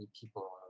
people